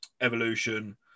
Evolution